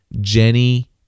Jenny